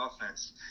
offense